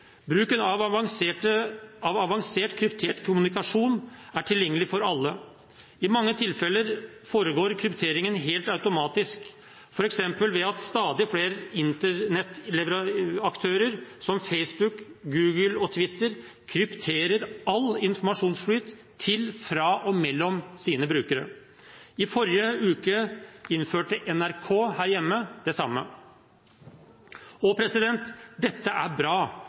Bruken av avansert kryptert kommunikasjon er tilgjengelig for alle. I mange tilfeller foregår krypteringen helt automatisk, f.eks. ved at stadig flere internettaktører, som Facebook, Google og Twitter, krypterer all informasjonsflyt til, fra og mellom sine brukere. I forrige uke innførte NRK her hjemme det samme. Dette er bra.